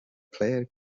player